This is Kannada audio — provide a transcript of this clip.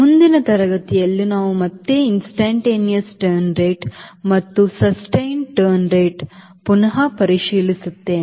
ಮುಂದಿನ ತರಗತಿಯಲ್ಲಿ ನಾವು ಮತ್ತೆ instantaneous turn rate ಮತ್ತು ನಿರಂತರ turn rate ಪುನಃ ಪರಿಶೀಲಿಸುತ್ತೇವೆ